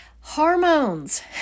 Hormones